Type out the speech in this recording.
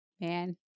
man